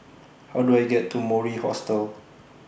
How Do I get to Mori Hostel